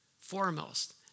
foremost